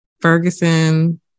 Ferguson